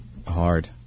Hard